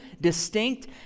distinct